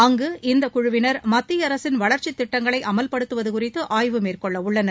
அங்கு இக்குழுவினர் மத்திய அரசின் வளர்ச்சித்திட்டங்களை அமல்படுத்துவது குறித்து ஆய்வு மேற்கொள்ளவுள்ளனர்